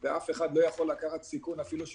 ואף אחד לא יכול לקחת סיכון אפילו של